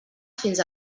fins